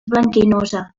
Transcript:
blanquinosa